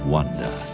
Wonder